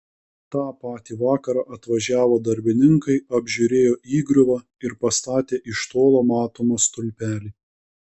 tą patį vakarą atvažiavo darbininkai apžiūrėjo įgriuvą ir pastatė iš tolo matomą stulpelį